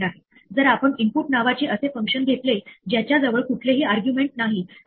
यापैकी काही त्रुटींचा अंदाज केला जाऊ शकतो तर काही अनपेक्षित असतात